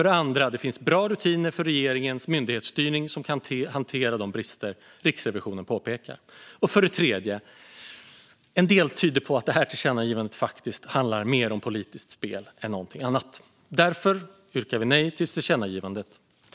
Det finns bra rutiner för regeringens myndighetsstyrning som kan hantera de brister Riksrevisionen påpekar. En del tyder på att detta tillkännagivande faktiskt handlar mer om politiskt spel än om någonting annat. Därför säger vi nej till tillkännagivandet.